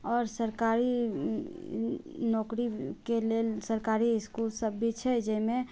आओर सरकारी नौकरीके लेल सरकारी इसकुल सब भी छै जाहिमे